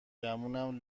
گمونم